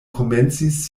komencis